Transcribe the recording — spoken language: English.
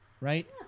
right